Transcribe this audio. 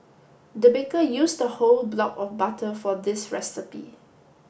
the baker used a whole block of butter for this recipe